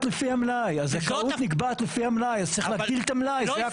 נקבעת לפי המלאי, צריך להגדיל את המלאי, זה הכול.